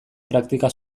praktika